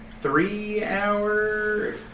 three-hour